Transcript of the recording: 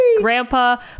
grandpa